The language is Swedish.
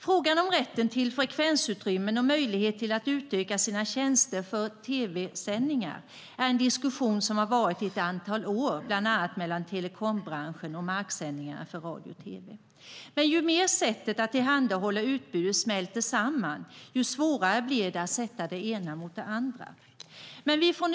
Frågan om rätten till frekvensutrymme och möjligheten till att utöka sina tjänster för tv-sändningar är en diskussion som pågått i ett antal år, bland annat mellan telekombranschen och marksändningarna för radio och tv. Men ju mer sättet att tillhandahålla utbudet smälter samman, desto svårare blir ett att sätta det ena mot det andra.